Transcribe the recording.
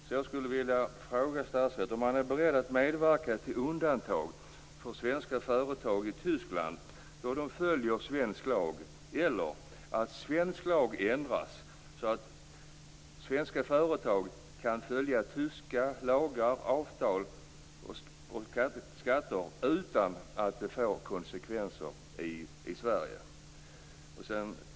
Mot den bakgrunden vill jag fråga: Är statsrådet beredd att medverka till undantag för svenska företag i Tyskland då de följer svensk lag eller till att svensk lag ändras så att svenska företag kan följa tyska lagar och avtal samt rätta sig efter tyska skatter utan att det får konsekvenser i Sverige?